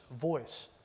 voice